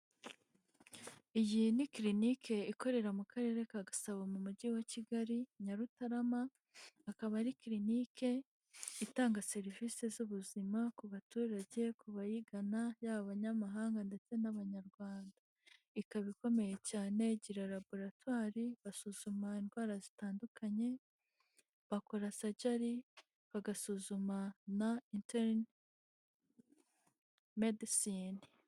Iyi ni clinike ikorera mu karere ka Gasabo mu mujyi wa Kigali Nyarutarama, akaba ari clinike itanga serivisi z'ubuzima ku baturage bayigana yaba abanyamahanga ndetse n'abanyarwanda. Ikaba ikomeye cyane, igira laboratwari basuzuma indwara zitandukanye, bakora surgery bagasuzuma na internal medicine.